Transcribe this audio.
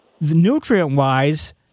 nutrient-wise